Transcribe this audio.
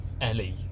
Ellie